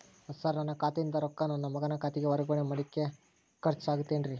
Sir ನನ್ನ ಖಾತೆಯಿಂದ ರೊಕ್ಕ ನನ್ನ ಮಗನ ಖಾತೆಗೆ ವರ್ಗಾವಣೆ ಮಾಡಲಿಕ್ಕೆ ಖರ್ಚ್ ಆಗುತ್ತೇನ್ರಿ?